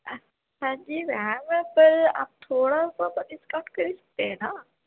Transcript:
اچھا جی میم پر آپ تھوڑا سا تو ڈسکاؤنٹ کر ہی سکتے ہیں نا